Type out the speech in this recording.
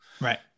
Right